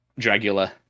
Dragula